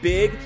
Big